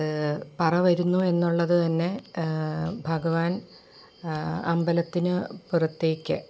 പറ വരുന്നു എന്നുള്ളത് തന്നെ ഭഗവാൻ അമ്പലത്തിന് പുറത്തേക്ക്